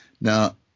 Now